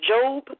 Job